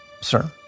Sir